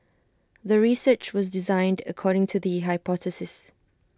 the research was designed according to the hypothesis